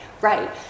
Right